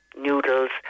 noodles